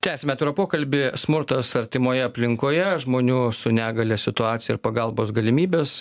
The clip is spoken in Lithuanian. tęsiame pokalbį smurtas artimoje aplinkoje žmonių su negalia situacija ir pagalbos galimybės